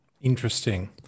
Interesting